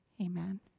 Amen